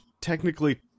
technically